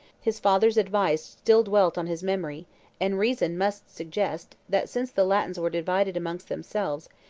his father's advice still dwelt on his memory and reason must suggest, that since the latins were divided among themselves,